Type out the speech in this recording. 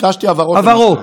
הבהרות, ביקשתי הבהרות, הבהרות.